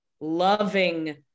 loving